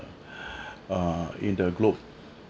err in the globe